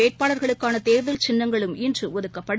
வேட்பாளர்களுக்காள தேர்தல் சின்னங்களும் இன்று ஒதுக்கப்படும்